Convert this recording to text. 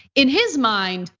in his mind,